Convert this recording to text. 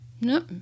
No